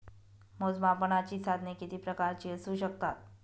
मोजमापनाची साधने किती प्रकारची असू शकतात?